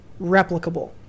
replicable